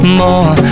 more